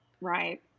right